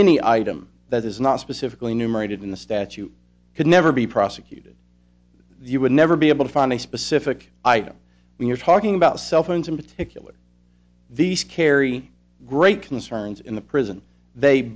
any item that is not specifically enumerated in the statute could never be prosecuted the you would never be able to find a specific item when you're talking about cell phones in particular these carry great concerns in the prison they